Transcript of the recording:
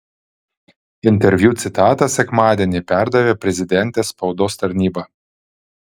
interviu citatas sekmadienį perdavė prezidentės spaudos tarnyba